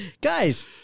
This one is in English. Guys